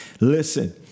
Listen